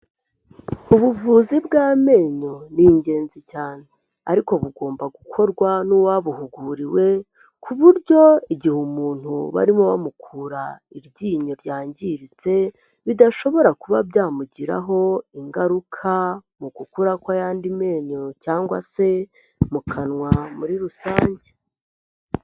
Ubuvuzi bw'amenyo ni ingenzi cyane ariko bugomba gukorwa n'uwabuhuguriwe ku buryo igihe umuntu barimo bamukura iryinyo ryangiritse, bidashobora kuba byamugiraho ingaruka mu gukura kw'ayandi menyo cyangwa se mu kanwa muri rusange.